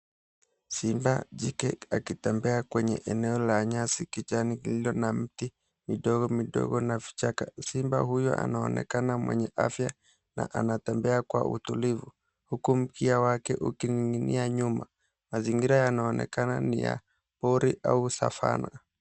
Simba jike akitembea kwenye eneo la nyasi kijani lililo na miti midogo midogo na vichaka. Simba huyo anaonekana mwenye afya na anatembea kwa utulivu, huku mkia wake ukining’inia nyuma. Mazingira yanaonekana ni ya pori au savana.